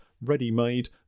ready-made